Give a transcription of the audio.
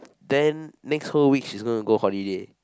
then next whole week she's gonna go holiday